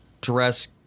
dress